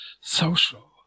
social